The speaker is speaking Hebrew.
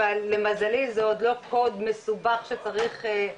אבל למזלי זה עוד לא קוד מסובך שצריך,